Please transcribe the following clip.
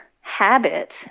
habit